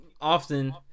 often